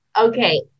Okay